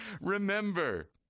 Remember